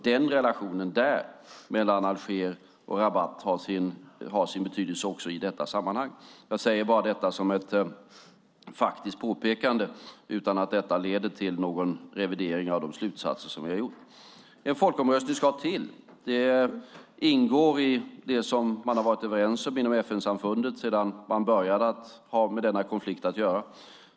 Den relationen mellan Alger och Rabat har sin betydelse också i detta sammanhang. Jag säger detta bara som ett faktiskt påpekande, utan att detta leder till någon revidering av de slutsatser som vi har gjort. En folkomröstning ska till - det ingår i det som man har varit överens om inom FN-samfundet sedan man började ha med denna konflikt att göra.